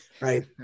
right